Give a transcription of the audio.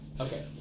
Okay